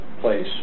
place